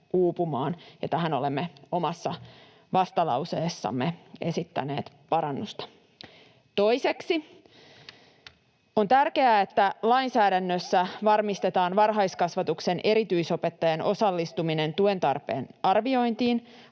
tähän olemme omassa vastalauseessamme esittäneet parannusta. Toiseksi on tärkeää, että lainsäädännössä varmistetaan varhaiskasvatuksen erityisopettajan osallistuminen tuen tarpeen arviointiin.